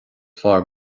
fearr